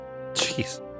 Jeez